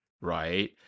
right